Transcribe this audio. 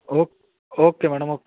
O okay madam okay okay